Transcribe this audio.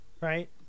right